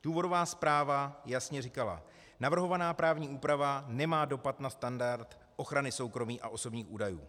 Důvodová zpráva jasně říkala: navrhovaná právní úprava nemá dopad na standard ochrany soukromí a osobních údajů.